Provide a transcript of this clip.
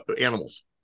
animals